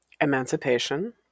emancipation